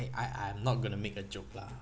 I I'm not going to make a joke lah